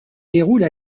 déroule